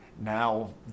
now